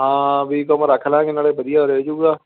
ਹਾਂ B Com ਰੱਖ ਲਵਾਂਗੇ ਨਾਲੇ ਵਧੀਆ ਰਹਿ ਜਾਊਗਾ